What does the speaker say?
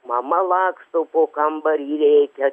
mama laksto po kambarį rėkia